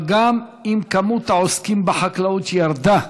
אבל גם אם כמות העוסקים בחקלאות ירדה,